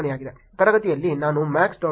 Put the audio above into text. ತರಗತಿಯಲ್ಲಿ ನಾವು max